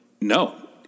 No